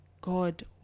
God